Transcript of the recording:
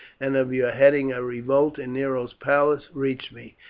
and of your heading a revolt in nero's palace reached me.